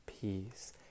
peace